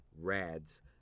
RADs